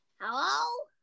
Hello